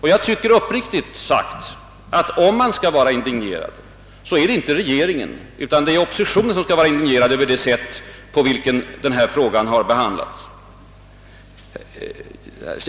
Jag tycker uppriktigt sagt, att om någon skall vara indignerad är det inte regeringen utan oppositionen över det sätt varpå denna fråga behandlats.